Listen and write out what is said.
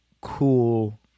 cool